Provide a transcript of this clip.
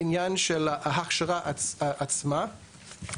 בעניין של ההכשרה עצמה,